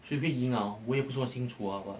谁会赢啊我也不说清楚啊 but